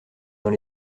dans